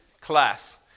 class